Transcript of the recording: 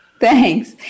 Thanks